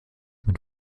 mit